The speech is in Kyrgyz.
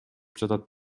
жатат